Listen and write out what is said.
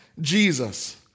Jesus